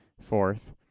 fourth